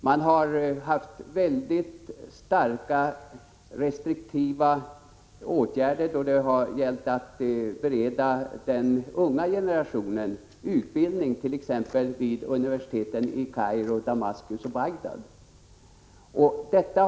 Man har vidtagit mycket restriktiva åtgärder då det gällt att bereda den unga generationen utbildning, t.ex. vid universiteten i Kairo, Damaskus och Bagdad.